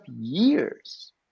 years